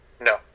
no